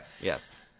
yes